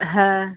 হ্যাঁ